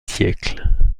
siècles